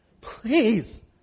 Please